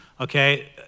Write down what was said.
Okay